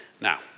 Now